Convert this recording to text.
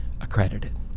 accredited